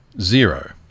zero